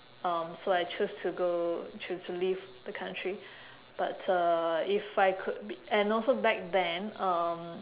um so I choose to go to to leave the country but uh if I could and also back then um